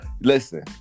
listen